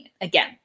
again